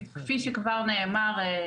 כפי שכבר נאמר,